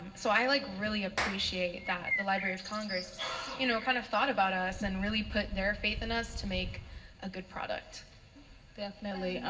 so i like really appreciate that the library of congress you know kind of thought about us and really put their faith in us to make a good product. student definitely.